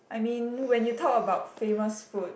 I mean when you talk about famous food